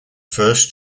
first